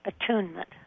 attunement